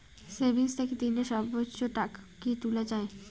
Savings থাকি দিনে সর্বোচ্চ টাকা কি তুলা য়ায়?